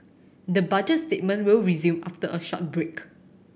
the Budget statement will resume after a short break